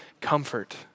comfort